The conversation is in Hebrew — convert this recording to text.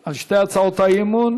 על שתי הצעות האי-אמון